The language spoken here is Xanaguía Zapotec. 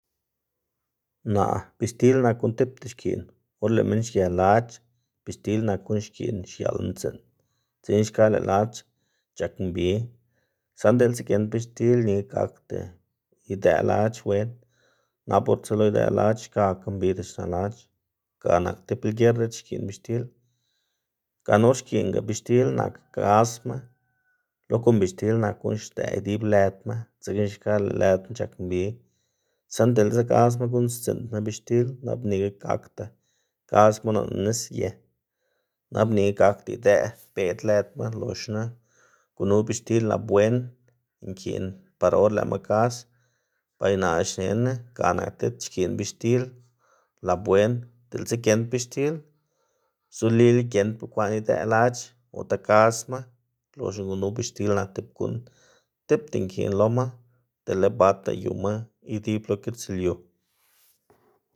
Naꞌ bixtil nak guꞌn tipta xkiꞌn or lëꞌ minn xge lac̲h̲ bixtil nak guꞌn xkiꞌn xiaꞌl mtsiꞌn, dzekna xka lëꞌ lac̲h̲ c̲h̲ak mbi, saꞌnda diꞌltsa giend bixtil nika gakda idëꞌ lac̲h̲ wen, nap or tselo idëꞌ lac̲h̲ xkakga mbida xna lac̲h̲a, ga nak tib lger diꞌt xkiꞌn bixtil. Gana or xkiꞌnga bixtil nak gasma lo kon bixtil nak guꞌn xdëꞌ idib lëdma dzekna xka lëꞌ lëdma c̲h̲ak mbi, saꞌnda diꞌltsa gasma guꞌnnstsiꞌndama bixtil nap nika gakda gasma noꞌnda nisye, nap nika gakda idëꞌ beꞌd lëdma, loxma gunu bixtil laboen nkiꞌn par or lëꞌma gas. Bay naꞌ xnená ga nak diꞌt xkiꞌn bixtil laboen, diꞌltsa giend bixtil zolila giend bekwaꞌn idëꞌ lac̲h ota gasma, loxna gunu bixtil nak tib guꞌn tipta nkiꞌn loma dele bata yuma idib lo gitslyu.